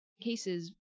cases